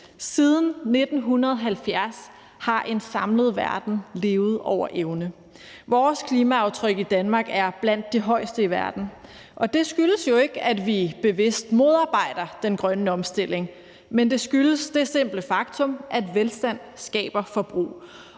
Siden 1970 har en samlet verden levet over evne. Vores klimaaftryk i Danmark er blandt de højeste i verden, og det skyldes jo ikke, at vi bevidst modarbejder den grønne omstilling, men det skyldes det simple faktum, at velstand skaber forbrug.